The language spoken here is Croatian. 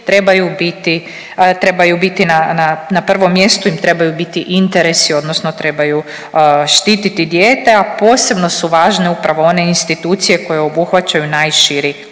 trebaju biti na, na, na prvom mjestu im trebaju biti interesi odnosno trebaju štititi dijete, a posebno su važne upravo one institucije koje obuhvaćaju najširi krug